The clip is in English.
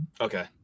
Okay